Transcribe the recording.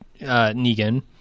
Negan